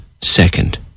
second